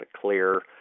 clear